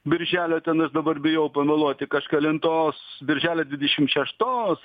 birželio tenais dabar bijau pameluoti kažkelintos birželio dvidešimt šeštos